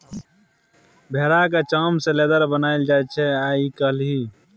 भेराक चाम सँ लेदर सेहो बनाएल जाइ छै आइ काल्हि